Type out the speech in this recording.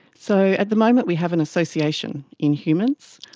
so at the moment we have an association in humans.